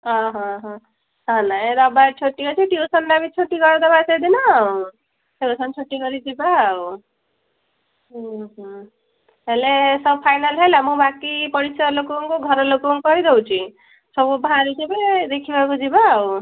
ଅ ହଁ ହଁ ହଁ ନା ଏ ରବିବାର ଛୁଟି ଅଛି ଟିଉସନ୍ ଟା ବି ଛୁଟି କରିଦବା ସେଦିନ ଟିଉସନ୍ ଛୁଟି କରି ଯିବା ଆଉ ହୁଁ ହୁଁ ହେଲେ ସବୁ ଫାଇନାଲ୍ ହେଲା ମୁଁ ବାକି ପଡ଼ିଶା ଲୋକଙ୍କୁ ଘରଲୋକଙ୍କୁ କହିଦେଉଛି ସବୁ ବାହାରିକି ଥିବେ ଦେଖିବାକୁ ଯିବା ଆଉ